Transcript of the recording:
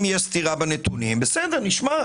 אם יש סתירה בנתונים נשמע.